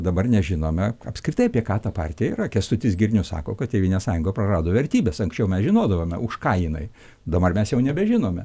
dabar nežinome apskritai apie ką ta partija yra kęstutis girnius sako kad tėvynės sąjunga prarado vertybes anksčiau mes žinodavome už ką jinai dabar mes jau nebežinome